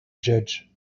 judge